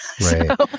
Right